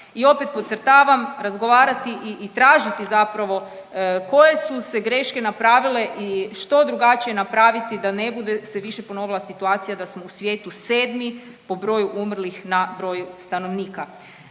I opet podcrtavam razgovarati i tražiti zapravo koje su se greške napravile i što drugačije napraviti da ne bude se više ponovila situacija da smo u svijetu sedmi po broju umrlih na broj stanovnika.